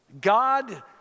god